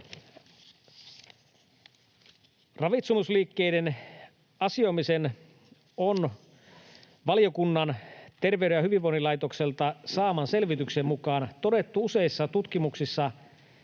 Ravitsemusliikkeissä asioiminen on valiokunnan Terveyden ja hyvinvoinnin laitokselta saaman selvityksen mukaan todettu useissa tutkimuksissa